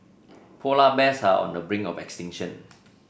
polar bears are on the brink of extinction